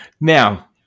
Now